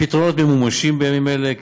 הפתרונות ממומשים בימים אלו,